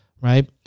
right